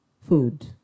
food